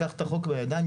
לקחת את החוק בידיים?